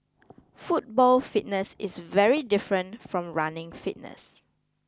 football fitness is very different from running fitness